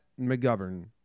McGovern